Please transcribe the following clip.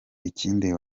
ikindi